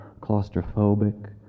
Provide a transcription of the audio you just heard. claustrophobic